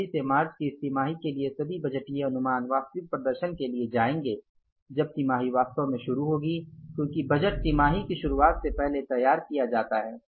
जनवरी से मार्च की इस तिमाही के लिए ये सभी बजटीय अनुमान वास्तविक प्रदर्शन के लिए जाएंगे जब तिमाही वास्तव में शुरू होगी क्योंकि बजट तिमाही की शुरुआत से पहले तैयार किया जाता है